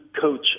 coach